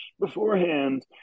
beforehand